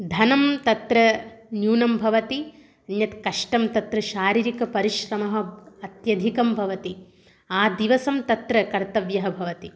धनं तत्र न्यूनं भवति अन्यत् कष्टं तत्र शारीरिकपरिश्रमः अत्यधिकं भवति आदिवसं तत्र कर्तव्यः भवति